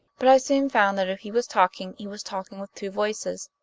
but i soon found that if he was talking he was talking with two voices.